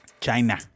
China